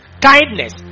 kindness